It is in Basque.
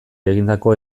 egindako